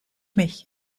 mich